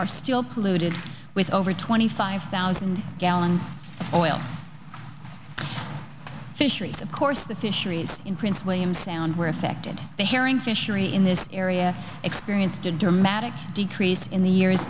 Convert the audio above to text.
are still polluted with over twenty five thousand gallons of oil fisheries of course the fisheries in prince william sound were affected the herring fishery in this area experienced a dramatic decrease in the years